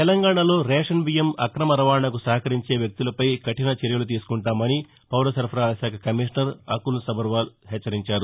తెలంగాణలో రేషన్ బియ్యం అక్రమ రవాణాకు సహకరించే వ్యక్తులపై కఠిన చర్యలు తీసుకుంటామని పౌరసరఫరాల శాఖ కమిషనర్ అకున్ సబర్వాల్ హెచ్చరించారు